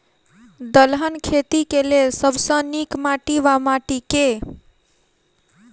दलहन खेती केँ लेल सब सऽ नीक माटि वा माटि केँ?